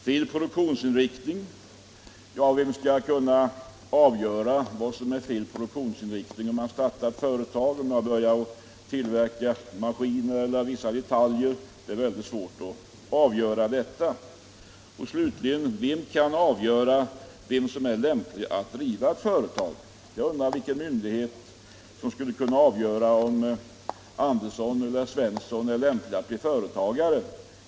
Fel produktionsinriktning angav herr Nilsson som en annan anledning. Ja, vem skall kunna avgöra vad som är fel produktionsinriktning då man startar ett företag? Skall man tillverka hela maskiner eller bara vissa detaljer? Det är mycket svårt att avgöra detta. Slutligen: Vem kan avgöra vem som är lämplig att driva ett företag? Jag undrar vilken myndighet som skall kunna avgöra om Andersson eller Svensson är lämplig att bli företagare.